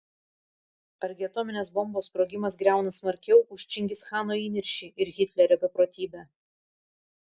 argi atominės bombos sprogimas griauna smarkiau už čingischano įniršį ir hitlerio beprotybę